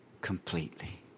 completely